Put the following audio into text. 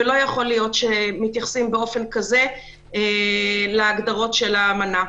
ולא ייתכן שמתייחסים כך להגדרות של האמנה.